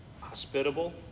hospitable